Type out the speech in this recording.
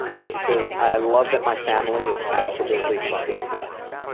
she says i love that my family is absolutely fucking nuts.